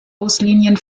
buslinien